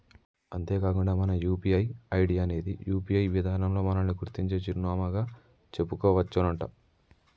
అంతేకాకుండా మన UPI ID అనేది యూ.పీ.ఐ విధానంలో మనల్ని గుర్తించే చిరునామాగా చెప్పుకోవచ్చునంట